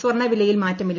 സ്വർണ് വിലയിൽ മാറ്റമില്ല